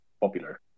popular